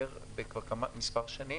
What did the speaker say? כמה שנים.